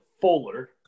Fuller